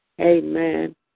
Amen